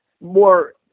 more